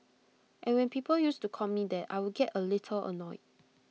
and when people used to call me that I would get A little annoyed